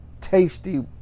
tasty